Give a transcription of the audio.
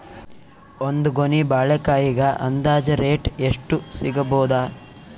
ಒಂದ್ ಗೊನಿ ಬಾಳೆಕಾಯಿಗ ಅಂದಾಜ ರೇಟ್ ಎಷ್ಟು ಸಿಗಬೋದ?